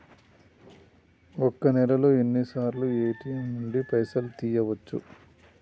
ఒక్క నెలలో ఎన్నిసార్లు ఏ.టి.ఎమ్ నుండి పైసలు తీయచ్చు?